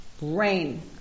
rain